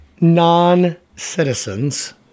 non-citizens